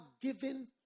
given